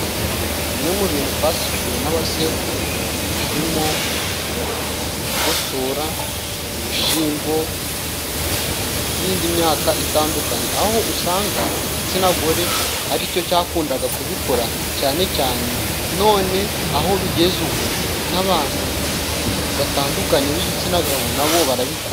Bimwe mu bintu twasigiwe n'a basekuru harimo kugosora ibishimbo n'indi myaka itandukanye aho usanga igitsina gore aricyo cyakundaga kubikora cyane cyane none aho bigeze ubu n'abantu batandukanye b'igitsina gabo nabo barabikora.